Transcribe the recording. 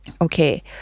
Okay